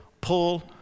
pull